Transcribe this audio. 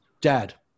dad